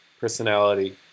personality